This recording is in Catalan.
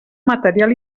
material